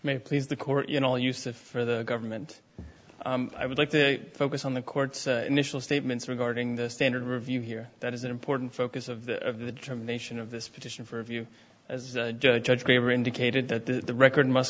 may please the court you know you said for the government i would like to focus on the court's initial statements regarding the standard review here that is an important focus of the term nation of this petition for a view as judge graver indicated that the record must